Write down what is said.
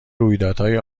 رویدادهای